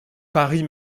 paris